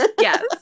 Yes